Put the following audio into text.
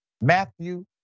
Matthew